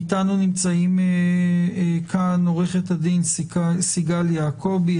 איתנו נמצאים כאן עורכת הדין סיגל יעקבי,